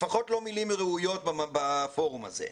לפחות לא מלים ראויות בפורום הזה.